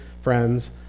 friends